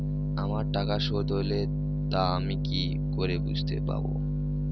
আমার টাকা শোধ হলে তা আমি কি করে বুঝতে পা?